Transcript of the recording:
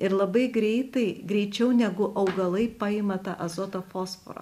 ir labai greitai greičiau negu augalai paima tą azotą fosforą